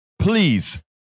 Please